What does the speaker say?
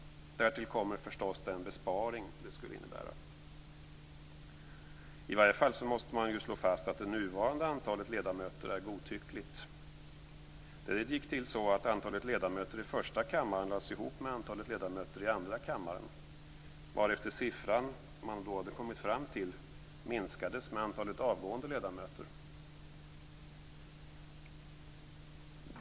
Därtill kommer förstås den besparing detta skulle innebära. I varje fall måste man slå fast att det nuvarande antalet ledamöter är godtyckligt. Det gick till så att antalet ledamöter i första kammaren lades ihop med antalet ledamöter i andra kammaren, varefter siffran man då kom fram till minskades med antalet avgående ledamöter.